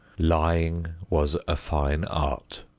lying was a fine art.